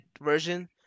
version